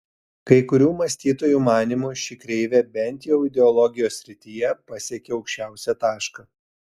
kai kurių mąstytojų manymu ši kreivė bent jau ideologijos srityje pasiekė aukščiausią tašką